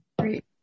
Great